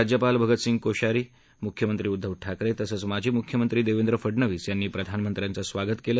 राज्यपाल भगतसिंग कोश्यारी मुख्यमंत्री उद्दव ठाकरे तसंच माजी मुख्यमंत्री देवेद्र फडनवीस यांनी प्रधानमंत्र्याचं स्वागत केलं